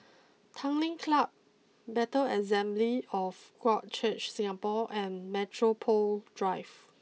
Tanglin Club Bethel Assembly of God Church Singapore and Metropole Drive